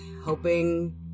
hoping